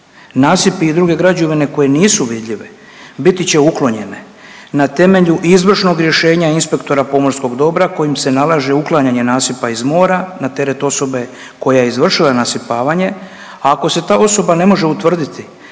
Nasipi i druge građevine koje nisu vidljive biti će uklonjene na temelju izvršnog rješenja inspektora pomorskog dobra kojim se nalaže uklanjanje nasipa iz mora na teret osobe koja je izvršila nasipavanje, a ako se ta osoba ne može utvrditi